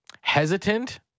hesitant